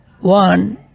One